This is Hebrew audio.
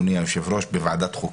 בוועדת חוקה.